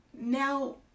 now